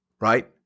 right